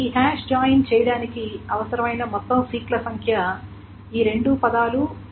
ఈ hash join చేయడానికి అవసరమైన మొత్తం సీక్ ల సంఖ్య ఈ రెండు పదాలు ప్లస్ 2n